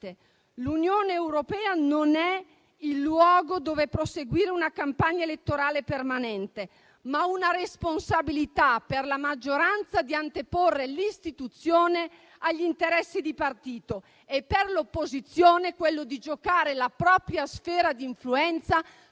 L'Unione europea non è il luogo dove proseguire una campagna elettorale permanente, ma una responsabilità, per la maggioranza, di anteporre l'istituzione agli interessi di partito e, per l'opposizione, quello di giocare la propria sfera di influenza